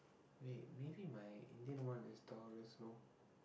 wait maybe my Indian one is Taurus know